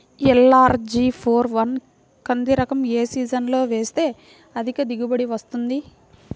LRG four one కంది రకం ఏ సీజన్లో వేస్తె అధిక దిగుబడి వస్తుంది?